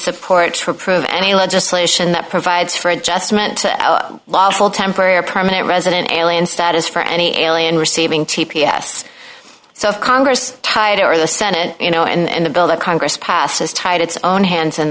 support for prove any legislation that provides for adjustment lawful temporary or permanent resident alien status for any alien receiving t p s so if congress tied or the senate you know and the bill that congress passes tied its own hands and